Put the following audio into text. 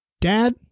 dad